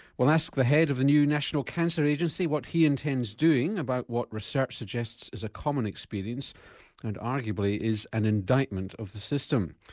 we'll ask the head of the new national cancer agency what he intends doing about what research suggests is a common experience and arguably is an indictment of the system.